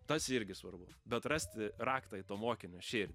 tas irgi svarbu bet rasti raktą į to mokinio širdį